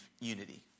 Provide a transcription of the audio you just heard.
unity